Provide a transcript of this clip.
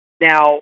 now